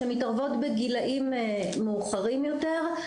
שמתערבות בגילאים מאוחרים יותר,